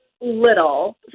little